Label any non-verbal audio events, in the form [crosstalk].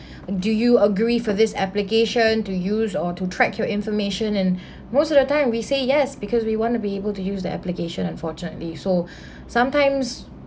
do you agree for this application to use or to track your information and most of the time we say yes because we want to be able to use the application unfortunately so [breath] sometimes